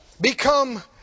become